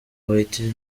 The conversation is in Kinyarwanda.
whitney